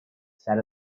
sat